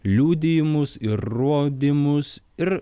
liudijimus ir rodymus ir